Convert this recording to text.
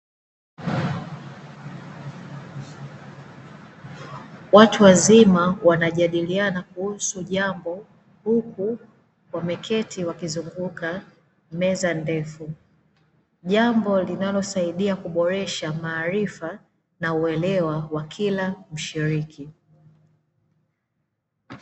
Watu wazima wanajadiliana kuhusu jambo huku wameketi wakizunguka meza ndefu, jambo linalosaidi kuboresha maarifa na uelewa wa kila mshiriki.